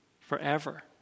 forever